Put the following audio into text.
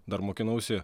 dar mokinausi